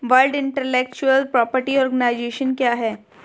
World intellectual property organisation क्या है?